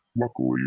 luckily